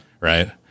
Right